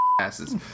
asses